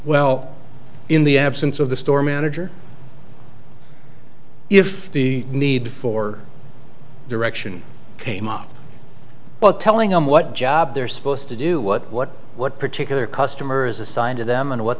well in the absence of the store manager if the need for direction came up but telling him what job they're supposed to do what what what particular customer is assigned to them and what